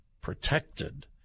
protected